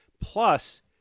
Plus